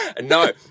No